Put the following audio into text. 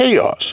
chaos